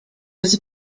has